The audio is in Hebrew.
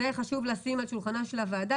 חשוב לשים את זה על שולחנה של הוועדה